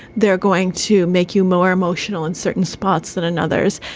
they're going to make you more emotional in certain spots than another's.